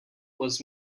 was